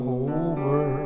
over